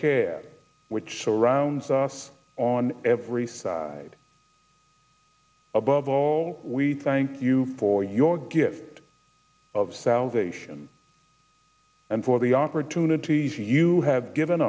care which surrounds us on every side above all we thank you for your gift of salvation and for the opportunities you have given